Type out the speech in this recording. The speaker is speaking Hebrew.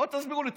בואו תסבירו לי.